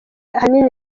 ahanini